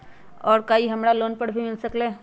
और का इ हमरा लोन पर भी मिल सकेला?